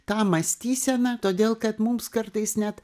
tą mąstyseną todėl kad mums kartais net